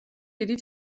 დიდი